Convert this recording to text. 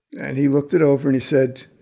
and he looked it over. and he said,